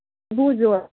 بوٗزِو حظ